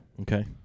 Okay